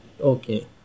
Okay